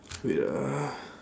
wait ah